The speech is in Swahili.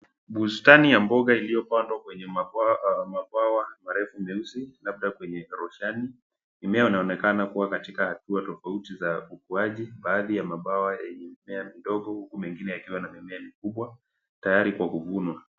Bustani ya mboga iliyopandwa kwenye mabwawa marefu nyeusi labda kwenye roshani. Mimea inaonekana kuwa katika hatua tofauti za ukuaji. Baadhi ya mabawa yenye mimea midogo huku mengine yakiwa na mimea mikubwa tayari kwa kuvunwa.